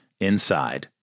inside